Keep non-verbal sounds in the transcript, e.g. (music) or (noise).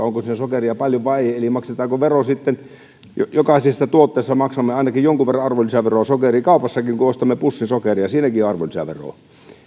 (unintelligible) onko siinä sokeria paljon vai ei eli maksetaanko veroa jokaisesta tuotteesta maksamme ainakin jonkun verran arvonlisäveroa kaupassakin kun ostamme pussin sokeria siinäkin on arvonlisäveroa